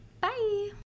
Bye